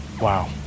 Wow